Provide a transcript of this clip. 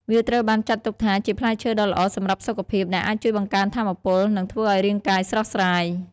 វាត្រូវបានចាត់ទុកថាជាផ្លែឈើដ៏ល្អសម្រាប់សុខភាព ដែលអាចជួយបង្កើនថាមពល និងធ្វើឲ្យរាងកាយស្រស់ស្រាយ។